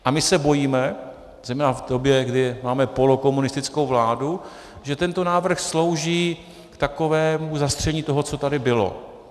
A my se bojíme, zejména v době, kdy máme polokomunistickou vládu, že tento návrh slouží k takovému zastření toho, co tady bylo.